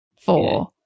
four